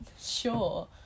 sure